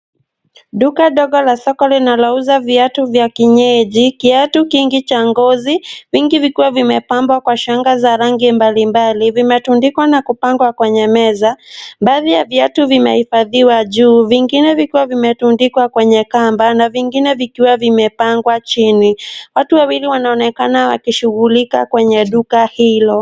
Duka dogo la soko linalouza viatu vya kienyeji, kiatu kingi cha ngozi, vingi vikiwa vimepambwa kwa shanga za rangi mbalimbali. Vimetundikwa na kupangwa kwenye meza. Baadhi ya viatu vimehifadhiwa juu, vingine vikiwa vimetundikwa kwenye kamba na vingine vikiwa vimepangwa chini. Watu wawili wanaonekana wakishughulika kwenye duka hilo.